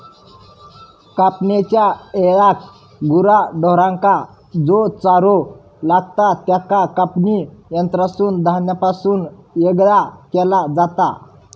कापणेच्या येळाक गुरा ढोरांका जो चारो लागतां त्याका कापणी यंत्रासून धान्यापासून येगळा केला जाता